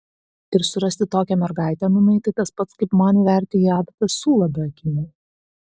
ir surasti tokią mergaitę nūnai tai tas pats kaip man įverti į adatą siūlą be akinių